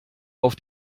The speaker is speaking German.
auf